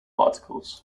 articles